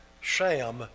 sham